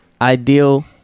Ideal